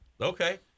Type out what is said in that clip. okay